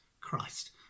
Christ